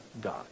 God